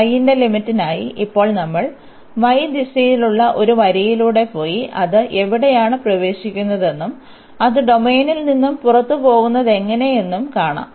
y ന്റെ ലിമിറ്റിനായി ഇപ്പോൾ നമ്മൾ y ദിശയിലുള്ള ഒരു വരിയിലൂടെ പോയി അത് എവിടെയാണ് പ്രവേശിക്കുന്നതെന്നും അത് ഡൊമെയ്നിൽ നിന്ന് പുറത്തുപോകുന്നതെങ്ങനെയെന്നും കാണും